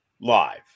live